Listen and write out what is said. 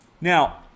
Now